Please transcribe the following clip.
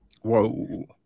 Whoa